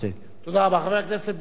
חבר הכנסת בילסקי, בבקשה.